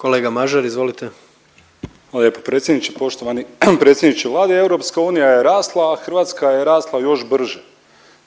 Hvala lijepo predsjedniče, poštovani predsjedniče Vlade EU je rasla, a Hrvatska rasla još brže.